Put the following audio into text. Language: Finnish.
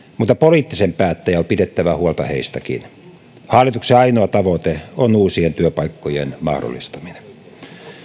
mutta poliittisen päättäjän on pidettävä huolta heistäkin hallituksen ainoa tavoite on uusien työpaikkojen mahdollistaminen